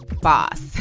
boss